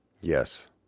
Yes